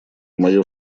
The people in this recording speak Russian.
мое